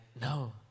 no